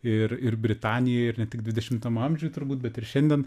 ir ir britanijoj ir ne tik dvidešimtam amžiuj turbūt bet ir šiandien